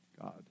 God